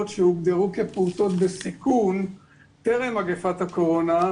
שהוגדרו כפעוטון בסיכון טרם מגפת הקורונה,